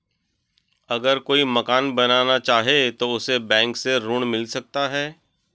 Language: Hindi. अगर कोई मकान बनाना चाहे तो उसे बैंक से ऋण मिल सकता है?